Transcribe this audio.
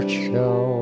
show